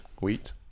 wheat